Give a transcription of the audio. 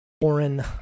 foreign